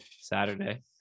Saturday